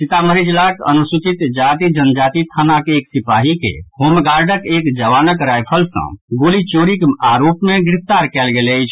सीतामढ़ी जिलाक अनुसूचित जाति जनजाति थानाक एक सिपाही के होमगार्डक एक जवानक रायफल सँ गोली चोरीक आरोप मे गिरफ्तार कयल गेल अछि